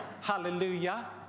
Hallelujah